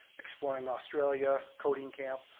exploring australia. coding camp.